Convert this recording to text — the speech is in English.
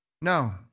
No